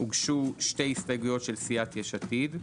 הוגשו שתי הסתייגויות של סיעת יש עתיד.